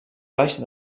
baix